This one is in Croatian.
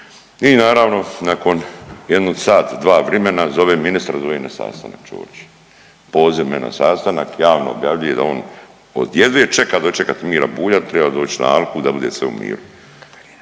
i naravno nakon jedno sat, dva vrimena zove ministar zove na sastanak Ćorić. Poziva me na sastanak, javno objavljuje da on jedva čeka dočekati Mira Bulja, treba doći na alku da bude sve u miru.